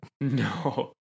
no